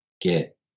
get